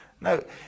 No